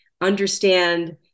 understand